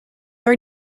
are